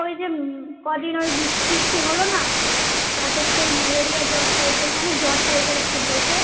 ওই যে কদিন ওই বৃষ্টি টিষ্টি হলো না তাতে একটু ওই ম্যালেরিয়া জ্বর টাইপের মানে জ্বর টাইপের একটু হয়েছে